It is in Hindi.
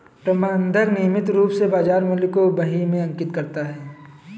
प्रबंधक नियमित रूप से बाज़ार मूल्य को बही में अंकित करता है